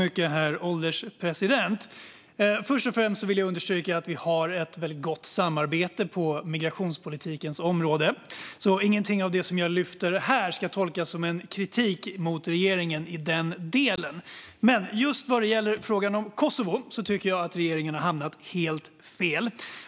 Herr ålderspresident! Först och främst vill jag understryka att vi har ett väldigt gott samarbete på migrationspolitikens område. Ingenting av det som jag lyfter fram här ska alltså tolkas som kritik mot regeringen i denna del. Men just vad gäller frågan om Kosovo tycker jag att regeringen har hamnat helt fel.